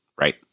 right